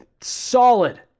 solid